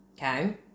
Okay